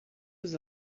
was